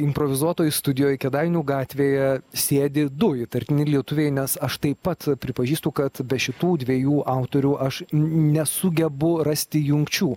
improvizuotoj studijoj kėdainių gatvėje sėdi du įtartini lietuviai nes aš taip pat pripažįstu kad be šitų dviejų autorių aš nesugebu rasti jungčių